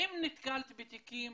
האם נתקלת בתיקים